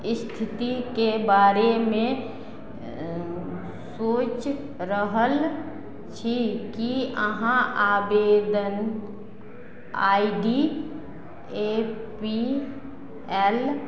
स्थितिके बारेमे सोचि रहल छी की अहाँ आवेदन I D A P L